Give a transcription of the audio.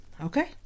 okay